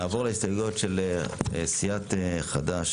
נעבור להסתייגויות של סיעת חד"ש,